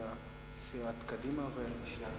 של סיעת קדימה וסיעת